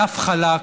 דף חלק,